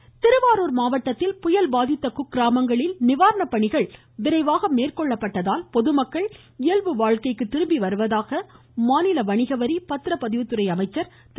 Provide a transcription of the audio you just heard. வீரமணி திருவாரூர் மாவட்டத்தில் புயல் பாதித்த சுக்கிராமங்களில் நிவாரணப்பணிகள் விரைவாக மேற்கொள்ளப்பட்டதால் பொதுமக்கள் இயல்பு வாழ்க்கைக்கு திரும்பி வருவதாக மாநில வணிகவரி பத்திரப்பதிவுத்துறை அமைச்சர் திரு